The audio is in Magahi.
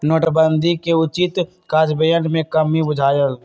नोटबन्दि के उचित काजन्वयन में कम्मि बुझायल